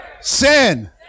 sin